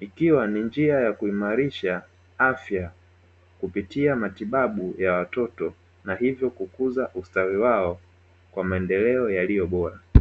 ikiwa ni njia ya kuimarisha afya kupitia matibabu ya watoto na hivyo kukuza ustawi wao kwa maendeleo yaliyo bora.